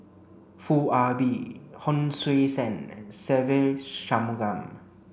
Foo Ah Bee Hon Sui Sen and Se Ve Shanmugam